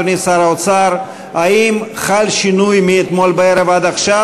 אדוני שר האוצר: האם חל שינוי מאתמול בערב עד עכשיו